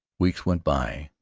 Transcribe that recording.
weeks went by.